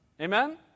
Amen